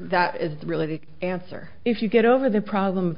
that is really the answer if you get over the problem